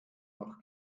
noch